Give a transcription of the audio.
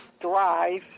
drive